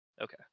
Okay